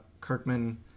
Kirkman